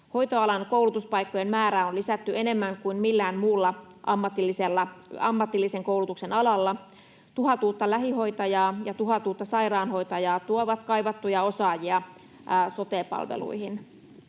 Hoitoalan koulutuspaikkojen määrää on lisätty enemmän kuin millään muulla ammatillisen koulutuksen alalla. Tuhat uutta lähihoitajaa ja tuhat uutta sairaanhoitajaa tuovat kaivattuja osaajia sote-palveluihin.